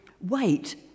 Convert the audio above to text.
Wait